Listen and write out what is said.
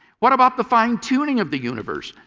what about the fine-tuning of the universe?